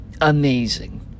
amazing